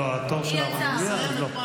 היא יצאה.